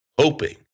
hoping